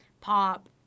Pop